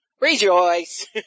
rejoice